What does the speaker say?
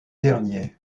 dernier